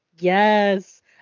Yes